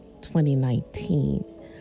2019